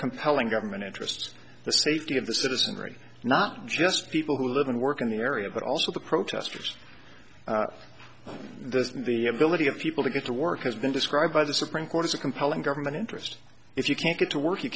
compelling government interest the safety of the citizenry not just people who live and work in the area but also the protesters the the ability of people to get to work has been described by the supreme court as a compelling government interest if you can't get to work you